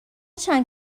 چند